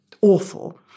awful